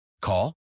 Call